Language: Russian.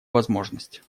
возможность